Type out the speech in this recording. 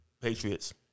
Patriots